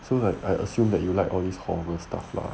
so like I assume that you like or his horror stuff lah